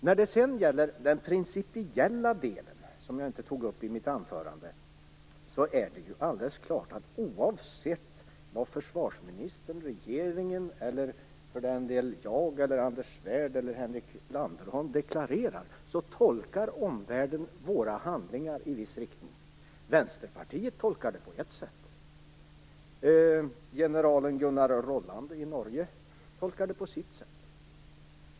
När det sedan gäller den principiella delen, som jag inte tog upp i mitt anförande, är det alldeles klart att oavsett vad försvarsministern och regeringen - eller för all del jag, Anders Svärd eller Henrik Landerholm - deklarerar, tolkar omvärlden våra handlingar i viss riktning. Vänsterpartiet tolkar det på ett sätt. General Gunnar Rolland i Norge tolkar det på sitt sätt.